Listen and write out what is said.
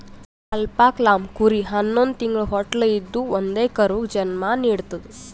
alpaca llama ಕುರಿ ಹನ್ನೊಂದ್ ತಿಂಗ್ಳ ಹೊಟ್ಟಲ್ ಇದ್ದೂ ಒಂದೇ ಕರುಗ್ ಜನ್ಮಾ ನಿಡ್ತದ್